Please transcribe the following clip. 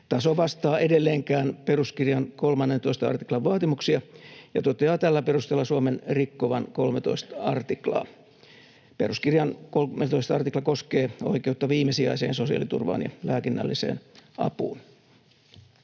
taso vastaa edelleenkään peruskirjan 13 artiklan vaatimuksia, ja toteaa tällä perusteella Suomen rikkovan 13 artiklaa. Peruskirjan 13 artikla koskee oikeutta viimesijaiseen sosiaaliturvaan ja lääkinnälliseen apuun.